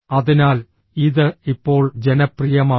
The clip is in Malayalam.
അതിനാൽ ഇത് ഇപ്പോൾ ജനപ്രിയമാണ്